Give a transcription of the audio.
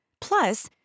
Plus